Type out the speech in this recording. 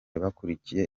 bakurikiye